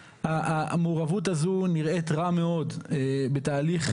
המעורבות הזאת נראית רע מאוד בתהליך.